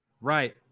Right